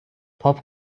پاپ